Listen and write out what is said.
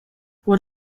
what